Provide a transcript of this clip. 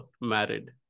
married